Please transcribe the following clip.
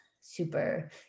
super